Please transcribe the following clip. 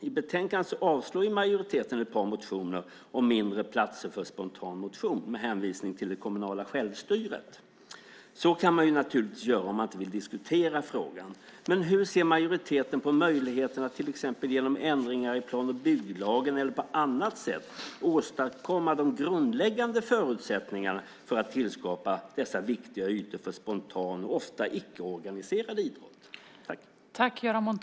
I betänkandet avstyrker majoriteten ett par motioner om mindre platser för spontan motion med hänvisning till det kommunala självstyret. Så kan man naturligtvis göra om man inte vill diskutera frågan. Hur ser majoriteten på möjligheten att till exempel genom ändringar i plan och bygglagen eller på annat sätt åstadkomma de grundläggande förutsättningarna för att skapa dessa viktiga ytor för spontan och ofta icke-organiserad idrott?